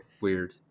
weird